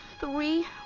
three